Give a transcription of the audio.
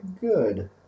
good